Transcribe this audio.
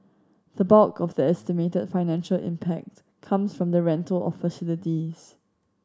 the bulk of the estimated financial impact comes from the rental of facilities